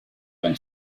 when